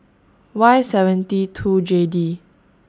Y seven T two J D